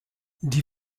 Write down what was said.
die